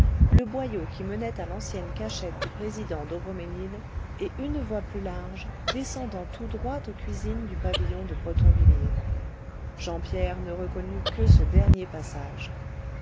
le boyau qui menait à l'ancienne cachette du président d'aubremesnil et une voie plus large descendant tout droit aux cuisines du pavillon de bretonvilliers jean pierre ne reconnut que ce dernier passage